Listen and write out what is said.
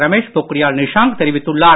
ரமேஷ் பொக்ரியால் நிஷாங்க் தெரிவித்துள்ளார்